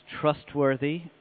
trustworthy